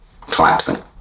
collapsing